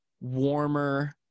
warmer